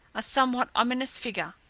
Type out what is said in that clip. a somewhat ominous figure.